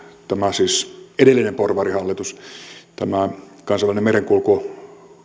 siis edellisestä porvarihallituksesta kansainvälisen merenkulkualan